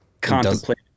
contemplate